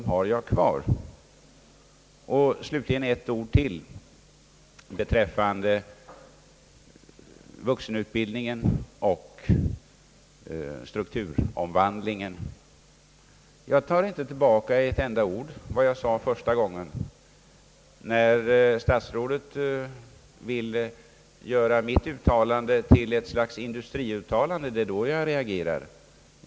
Slutligen ett par ord till om vuxenutbildningen och strukturomvandlingen. Jag tar inte tillbaka ett enda ord av vad jag sade första gången jag yttrade mig. När statsrådet vill göra mitt uttalande till ett slags industriuttalande reagerar jag.